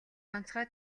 онцгой